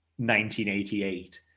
1988